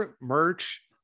merch